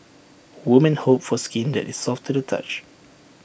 women hope for skin that is soft to the touch